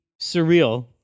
surreal